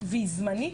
והיא זמנית,